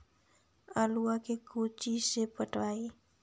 आलुआ के कोचि से पटाइए?